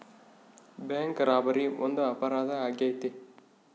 bank robbery ಒಂದು ಅಪರಾಧ ಆಗೈತೆ